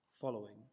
following